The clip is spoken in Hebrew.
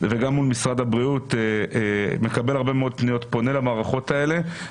וגם מול משרד הבריאות מקבל הרבה מאוד פניות ופונה למערכות האלה.